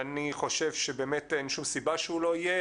אני חושב שבאמת אין שום סיבה שהוא לא יהיה.